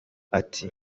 ati